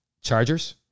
Chargers